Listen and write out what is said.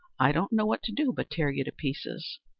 i don't know what to do but tear you to pieces.